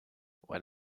when